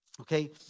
Okay